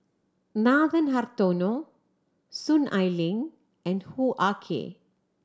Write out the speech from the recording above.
Nathan Hartono Soon Ai Ling and Hoo Ah Kay